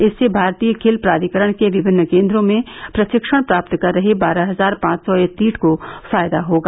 इससे भारतीय खेल प्राधिकरण के विभिन्न केन्द्रों में प्रशिक्षण प्राप्त कर रहे बारह हजार पांच सौ एथलीट को फायदा होगा